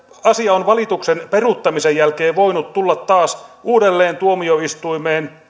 asia on valituksen peruuttamisen jälkeen voinut tulla taas uudelleen tuomioistuimeen